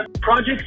project